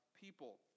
people